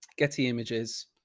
getty images,